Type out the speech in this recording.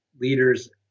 leaders